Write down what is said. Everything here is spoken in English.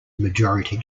majority